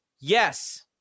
Yes